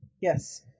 Yes